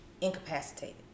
incapacitated